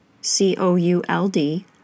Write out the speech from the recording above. C-O-U-L-D